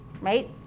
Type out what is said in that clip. right